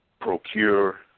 procure